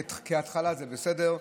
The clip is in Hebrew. כהתחלה זה בסדר.